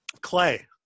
clay